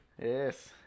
Yes